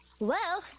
well,